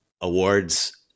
awards